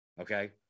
okay